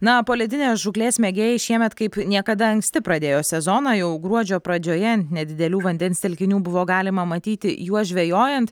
na poledinės žūklės mėgėjai šiemet kaip niekada anksti pradėjo sezoną jau gruodžio pradžioje ant nedidelių vandens telkinių buvo galima matyti juos žvejojant